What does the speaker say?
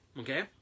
Okay